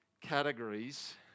categories